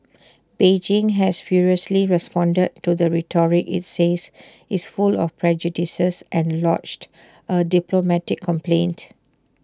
Beijing has furiously responded to the rhetoric IT says is full of prejudices and lodged A diplomatic complaint